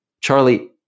Charlie